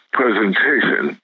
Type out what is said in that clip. presentation